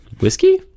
whiskey